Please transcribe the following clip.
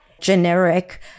generic